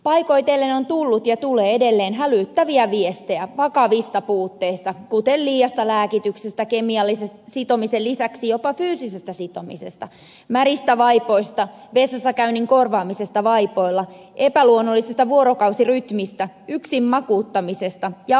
paikoitellen on tullut ja tulee edelleen hälyttäviä viestejä vakavista puutteista kuten liiasta lääkityksestä kemiallisen sitomisen lisäksi jopa fyysisestä sitomisesta märistä vaipoista vessassakäynnin korvaamisesta vaipoilla epäluonnollisesta vuorokausirytmistä yksin makuuttamisesta ja aliravitsemuksesta